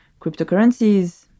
cryptocurrencies